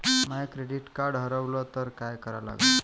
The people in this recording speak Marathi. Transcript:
माय क्रेडिट कार्ड हारवलं तर काय करा लागन?